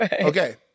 Okay